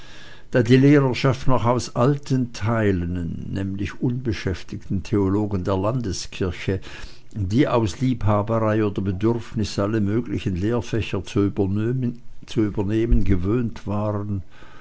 die lehrerschaft noch aus alten teilen nämlich unbeschäftigten theologen der landeskirche die aus liebhaberei oder bedürfnis alle möglichen lehrfächer zu übernehmen gewöhnt waren